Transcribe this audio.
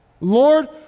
Lord